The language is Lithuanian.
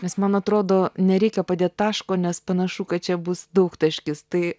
nes man atrodo nereikia padėt taško nes panašu kad čia bus daugtaškis tai